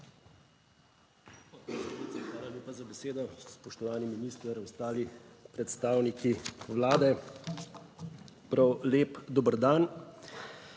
Hvala lepa za besedo. Spoštovani minister, ostali predstavniki Vlade, prav lep dober dan!